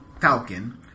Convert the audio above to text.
Falcon